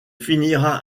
finira